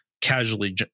casually